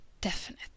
definite